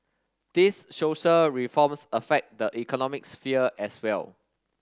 these social reforms affect the economic sphere as well